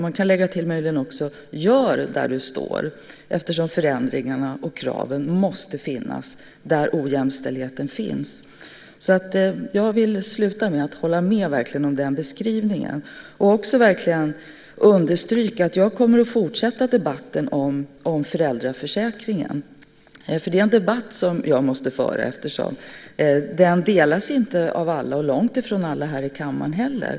Man kan möjligen lägga till: Gör där du står! Förändringarna och kraven måste finnas där ojämställdheten finns. Jag håller verkligen med om den beskrivningen. Jag vill också understryka att jag kommer att fortsätta debatten om föräldraförsäkringen. Det är en debatt jag måste föra eftersom inte alla är överens om den, långtifrån alla här i kammaren heller.